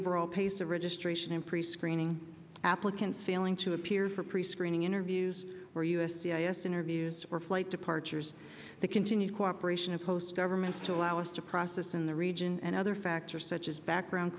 overall pace of registration in prescreening applicants failing to appear for prescreening interviews where u s c i s interviews or flight departures the continued cooperation of host governments to allow us to process in the region and other factors such as background